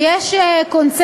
כי יש קונסנזוס,